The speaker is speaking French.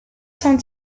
cent